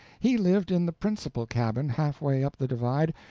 he lived in the principal cabin, half-way up the divide,